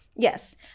Yes